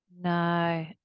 No